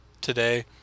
today